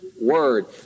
word